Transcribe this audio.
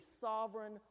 sovereign